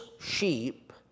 sheep